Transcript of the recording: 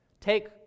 Take